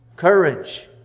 Courage